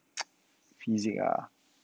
physic ah